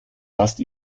fast